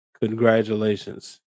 congratulations